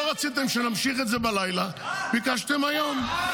לא רציתם שנמשיך את זה בלילה, ביקשתם היום.